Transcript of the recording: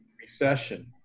recession